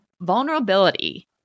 vulnerability